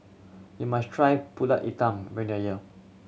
you must try Pulut Hitam